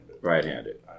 Right-handed